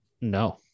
No